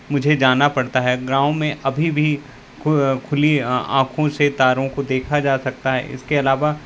मुझे जाना पड़ता है गाँव में अभी भी खुली आँखों से तारों को देखा जा सकता है इसके अलावा